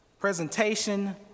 presentation